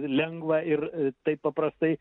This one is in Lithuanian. lengva ir taip paprastai